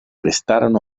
restarono